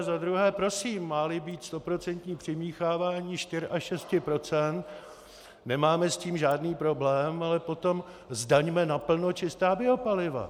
Za druhé, prosím, máli být stoprocentní přimíchávání 4 až 6 %, nemáme s tím žádný problém, ale potom zdaňme naplno čistá biopaliva.